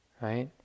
right